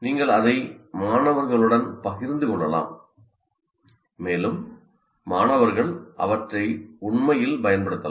நீங்கள் அதை மாணவர்களுடன் பகிர்ந்து கொள்ளலாம் மேலும் மாணவர்கள் அவற்றை உண்மையில் பயன்படுத்தலாம்